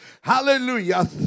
hallelujah